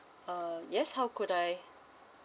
uh yes how could I